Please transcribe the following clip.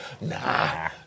nah